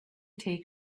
take